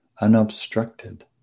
unobstructed